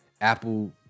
Apple